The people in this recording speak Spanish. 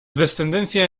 descendencia